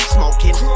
Smoking